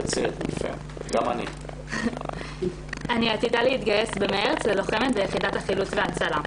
אני עתידה להתגייס במרץ כלוחמת ביחידת החילוץ וההצלה.